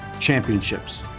championships